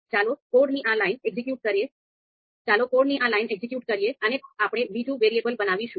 ચાલો કોડની આ લાઈન એક્ઝીક્યુટ કરીએ અને આપણે બીજું વેરીએબલ બનાવીશું